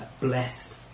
blessed